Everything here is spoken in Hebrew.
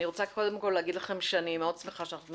אני רוצה קודם כל להגיד לכם שאני מאוד שמחה שאנחנו